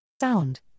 Sound